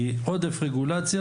כי עודף רגולציה,